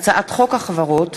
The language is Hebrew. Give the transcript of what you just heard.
חודש לפני זה על-פי החוק צריך